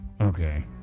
Okay